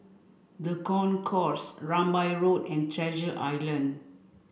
the Concourse Rambai Road and Treasure Island